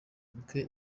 kuko